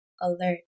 alert